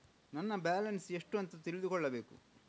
ನನ್ನ ಬ್ಯಾಲೆನ್ಸ್ ಎಷ್ಟು ಅಂತ ತಿಳಿದುಕೊಳ್ಳಬೇಕು?